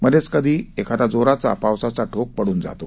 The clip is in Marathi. मध्येच कधी एखादा जोराचा पावसाचा ठोक पड्न जातो